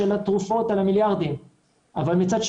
יש המון כתבות על המיליארדים של התרופות.